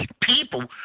people